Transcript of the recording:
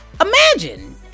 imagine